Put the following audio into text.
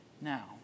now